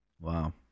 Wow